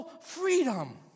freedom